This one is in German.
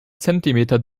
zentimeter